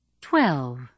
Twelve